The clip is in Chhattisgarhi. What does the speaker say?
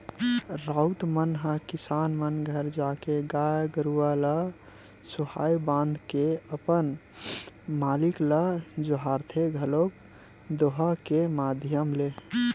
राउत मन ह किसान मन घर जाके गाय गरुवा ल सुहाई बांध के अपन मालिक ल जोहारथे घलोक दोहा के माधियम ले